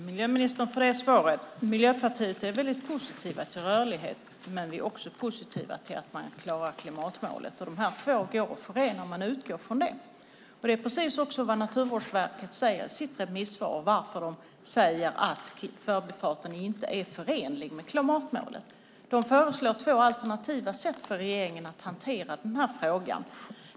Fru talman! Jag tackar miljöministern för svaret. Vi i Miljöpartiet är positiva till rörlighet, men vi är också positiva till klimatmålet. Och dessa två går att förena om man utgår från det. Det är också precis vad Naturvårdsverket säger i sitt remissvar, att förbifarten inte är förenlig med klimatmålet. De föreslår två alternativa sätt för regeringen att hantera frågan.